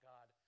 God